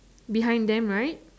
behind them right